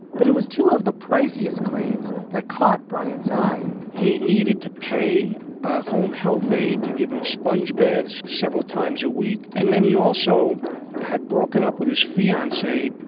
but it was two of the priciest claims that caught bryant's eye he needed to pay a home health aide to gibbons' sponge baths several times a week. and then he also had broken up with his fiance,